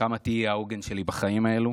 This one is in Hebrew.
כמה תהיי העוגן שלי בחיים האלו.